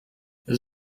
this